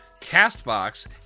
Castbox